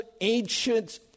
ancient